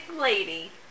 lady